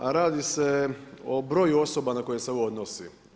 A radi se o broju osoba na koji se ovo odnosi.